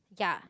ya